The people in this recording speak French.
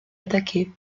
attaqué